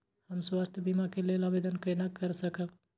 हम स्वास्थ्य बीमा के लेल आवेदन केना कै सकब?